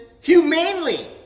humanely